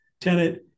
tenant